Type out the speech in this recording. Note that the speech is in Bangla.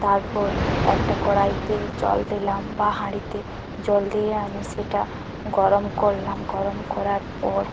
তারপর একটা কড়াইতে জল দিলাম বা হাঁড়িতে জল দিয়ে আমি সেটা গরম করলাম গরম করার পর